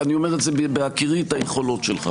ואני אומר את זה בהכירי את היכולות שלך.